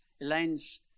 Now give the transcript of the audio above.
Elaine's